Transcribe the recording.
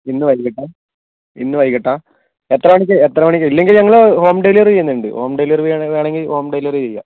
ഇന്ന് വൈകിട്ടാണോ എത്ര മണിക്ക് ഇല്ലെങ്കിൽ ഞങ്ങള് ഹോം ഡെലിവറി ചെയ്യാനുണ്ട് ഹോം ഡെലിവറി വേണമെങ്കിൽ ഹോം ഡെലിവറി ചെയ്യാം